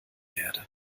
werde